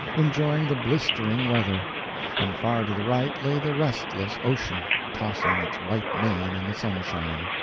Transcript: enjoying the blistering weather and far to the right lay the restless ocean, tossing its white mane in the sunshine.